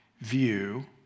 view